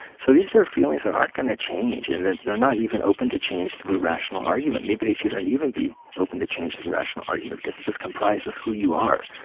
so these are feelings that aren't going to change, and they're not even open to change through rational argument. maybe they shouldn't even be open to change through rational argument because it just comprises who you are.